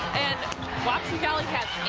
and wapsie valley has